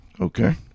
Okay